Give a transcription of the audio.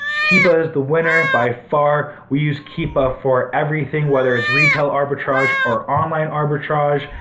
keepa is the winner by far, we use keepa for everything. whether it's retail arbitrage or online arbitrage,